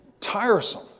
tiresome